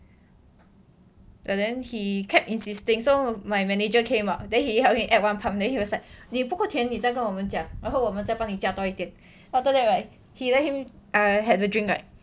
and then he kept insisting so my manager came out then he help him add one cup then he was like 你不够甜你再跟我们讲然后我们再帮你加多一点 then after that right he let me ah have a drink right